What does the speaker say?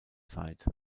zeit